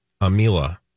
Amila